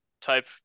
type